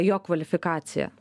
jo kvalifikacija